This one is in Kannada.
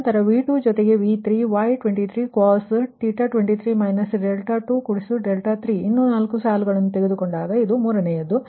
ನಂತರ V2 ಜೊತೆಗೆ V3 Y23 cos 23 23 ಇನ್ನೂ ನಾಲ್ಕು ತೆಗೆದುಕೊಂಡಾಗ ಇದು ಮೂರನೆಯದು